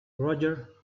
roger